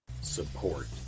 Support